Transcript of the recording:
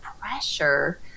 pressure